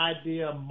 idea